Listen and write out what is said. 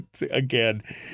Again